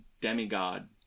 demigod